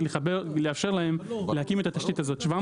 לא מבין.